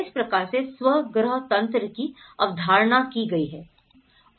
इस प्रकार से स्व गृह तंत्र की अवधारणा की गई है